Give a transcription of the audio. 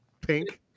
Pink